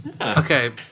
Okay